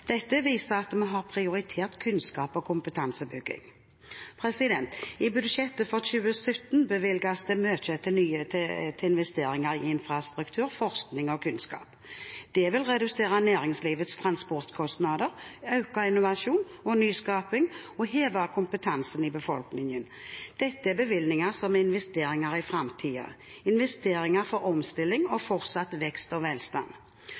Dette viser at vi har prioritert kunnskap og kompetansebygging. I budsjettet for 2017 bevilges det mye til investeringer i infrastruktur, forskning og kunnskap. Det vil redusere næringslivets transportkostnader, øke innovasjon og nyskaping og heve kompetansen i befolkningen. Dette er bevilgninger som er investeringer i framtiden, investeringer for omstilling og fortsatt vekst og velstand.